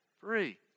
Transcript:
Free